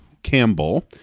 Campbell